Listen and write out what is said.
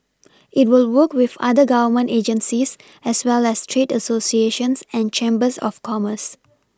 it will work with other Government agencies as well as trade Associations and chambers of commerce